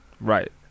Right